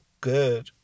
good